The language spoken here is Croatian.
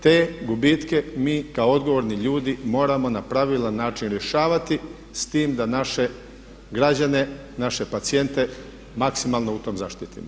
Te gubitke mi kao odgovorni ljudi moramo na pravilan način rješavati s tim da naše građane, naše pacijente maksimalno u tom zaštitimo.